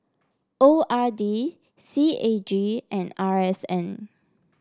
O R D C A G and R S N